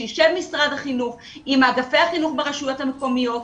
שיישב משרד החינוך עם אגפי החינוך ברשויות המקומיות,